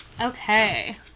Okay